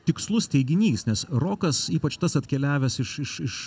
tikslus teiginys nes rokas ypač tas atkeliavęs iš iš iš